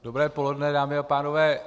Dobré poledne, dámy a pánové.